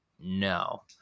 no